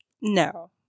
No